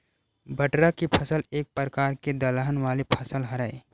बटरा के फसल एक परकार के दलहन वाले फसल हरय